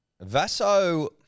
Vaso